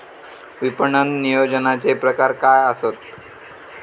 विपणन नियोजनाचे प्रकार काय आसत?